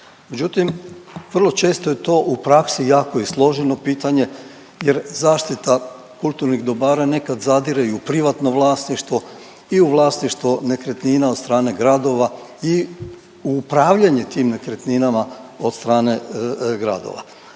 Međutim, vrlo često je to u praksi jako i složeno pitanje jer zaštita kulturnih dobara nekad zadire i u privatno vlasništvo i u vlasništvo nekretnina od strane gradova i upravljanje tim nekretninama od strane gradova.